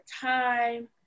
time